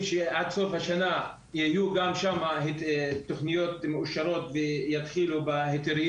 יהיו גם שם תוכניות מאושרות ויתחילו בהיתרים.